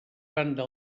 banda